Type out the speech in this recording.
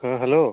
ହଁ ହ୍ୟାଲୋ